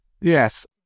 yes